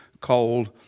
cold